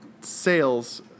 sales